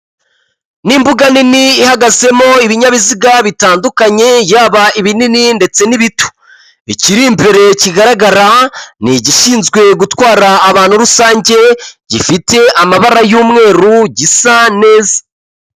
Ni imbuga nini ihagazemo ibinyabiziga bitandukanye, yaba ibinini ndetse n'ibito. Ikiri imbere kigaragara, ni igishinzwe gutwara abantu rusange, gifite amabara y'umweru, gisa neza.